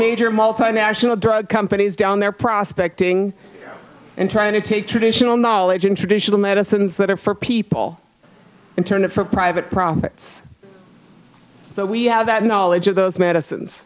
major multinational drug companies down there prospect ing and trying to take traditional knowledge and traditional medicines that are for people and turn it for private profits but we have that knowledge of those medicines